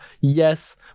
yes